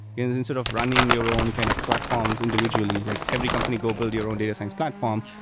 instead of running your own kind of platforms individually, like every company go build your own data science platform.